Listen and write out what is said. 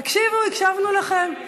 תקשיבו, הקשבנו לכם.